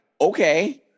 okay